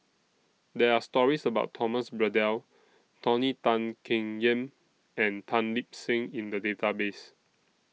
There Are stories about Thomas Braddell Tony Tan Keng Yam and Tan Lip Seng in The Database